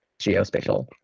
geospatial